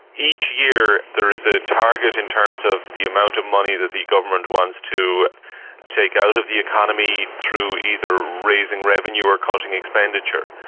each year there is a target in terms of the amount of money that the government wants to take out of the economy through either raising revenue or cutting expenditure.